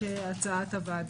כהצעת הוועדה.